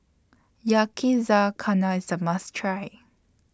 Yakizakana IS A must Try